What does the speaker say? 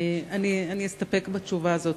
אני אסתפק בתשובה הזאת.